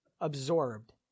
absorbed